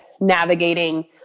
navigating